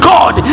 God